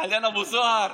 אהלן, אבו זוהר.